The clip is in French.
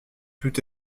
tout